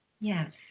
Yes